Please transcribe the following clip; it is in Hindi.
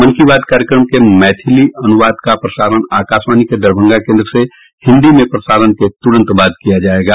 मन की बात कार्यक्रम के मैथिली अनुवाद का प्रसारण आकाशवाणी के दरभंगा केन्द्र से हिन्दी में प्रसारण के तुरंत बाद किया जायेगा